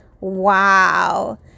Wow